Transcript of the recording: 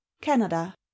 Canada